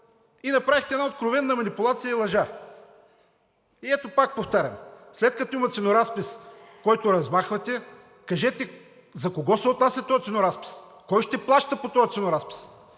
и направихте една откровена манипулация и лъжа. И ето, пак повтарям, след като има ценоразпис, който размахвате, кажете за кого се отнася този ценоразпис, кой ще плаща по този ценоразпис?